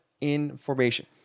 information